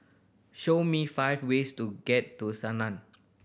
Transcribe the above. show me five ways to get to